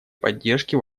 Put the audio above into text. поддержке